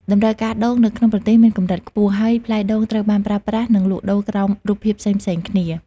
តម្រូវការដូងនៅក្នុងប្រទេសមានកម្រិតខ្ពស់ ហើយផ្លែដូងត្រូវបានប្រើប្រាស់ និងលក់ដូរក្រោមរូបភាពផ្សេងៗគ្នា។